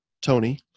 Tony